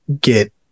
get